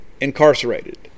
incarcerated